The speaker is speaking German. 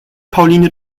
pauline